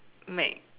mag~